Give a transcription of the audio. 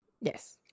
Yes